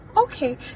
okay